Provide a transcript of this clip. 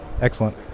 Excellent